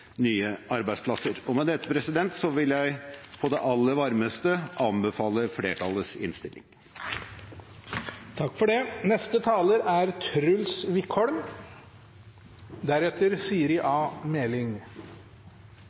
nye arbeidsplasser. Med dette vil jeg på det aller varmeste anbefale flertallets innstilling. Det er